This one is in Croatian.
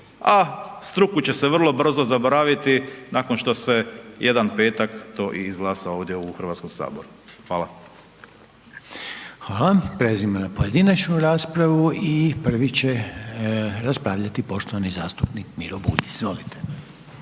a struku će se vrlo brzo zaboraviti nakon što se jedan petak to i izglasa ovdje u Hrvatskom saboru. Hvala. **Reiner, Željko (HDZ)** Hvala. Prelazimo na pojedinačnu raspravu i prvi će raspravljati poštovani zastupnik Miro Bulj. Izvolite.